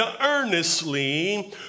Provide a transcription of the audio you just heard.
earnestly